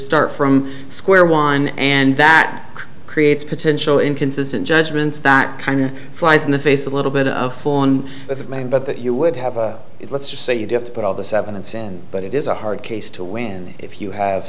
start from square one and that creates potential inconsistent judgments that kind of flies in the face a little bit of fun if it may but that you would have it let's just say you do have to put all this evidence and but it is a hard case to win if you have